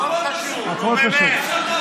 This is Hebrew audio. נו, באמת.